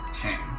change